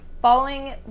Following